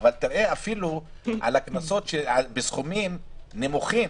אבל תראה שאפילו על הקנסות בסכומים נמוכים,